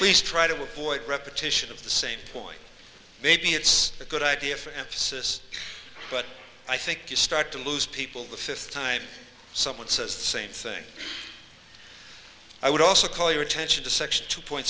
please try to avoid repetition of the same point maybe it's a good idea for emphasis but i think you start to lose people the fifth time someone says the same thing i would also call your attention to section two point